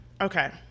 Okay